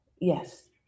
yes